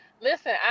listen